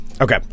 Okay